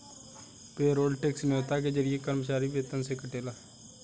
payroll tax न्योता के जरिए कर्मचारी वेतन से कटेला